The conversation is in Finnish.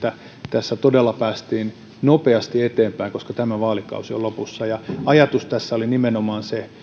tässä todella päästiin nopeasti eteenpäin koska tämä vaalikausi on lopussa ajatus tässä oli nimenomaan se